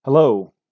Hello